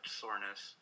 soreness